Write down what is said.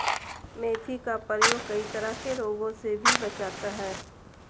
मेथी का प्रयोग कई तरह के रोगों से भी बचाता है